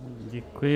Děkuji.